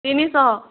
ତିନି ଶହ